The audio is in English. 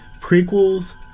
prequels